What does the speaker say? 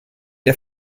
der